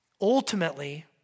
Ultimately